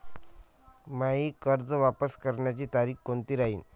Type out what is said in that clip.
मायी कर्ज वापस करण्याची तारखी कोनती राहीन?